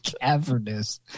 cavernous